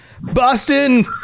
Boston